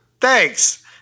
thanks